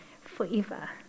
forever